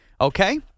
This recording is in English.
Okay